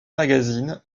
magazines